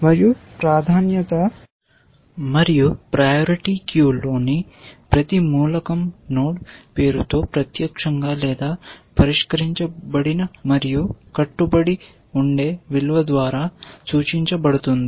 మరియు ప్రయారిటీ క్యూలో ని ప్రతి మూలకం నోడ్ పేరుతో ప్రత్యక్షంగా లేదా పరిష్కరించబడిన మరియు కట్టుబడి ఉండే విలువ ద్వారా సూచించబడుతుంది